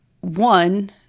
one